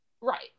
right